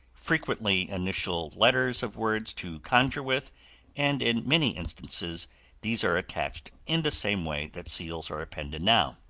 frequently initial letters of words to conjure with and in many instances these are attached in the same way that seals are appended now.